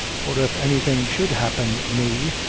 or if anything should happen me,